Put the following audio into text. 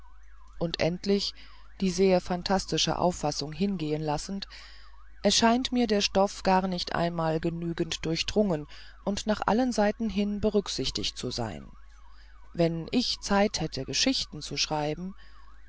und endlich die sehr phantastische auffassung hingehen lassend erscheint mir der stoff gar nicht einmal genügend durchdrungen und nach allen seiten hin berücksichtigt zu sein wenn ich zeit hätte geschichten zu schreiben